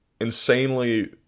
insanely